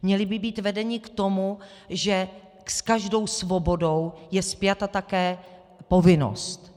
Měli by být vedeni k tomu, že s každou svobodou je spjata také povinnost.